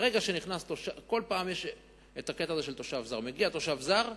כל פעם יש הקטע הזה של תושב זר: מגיע תושב זר,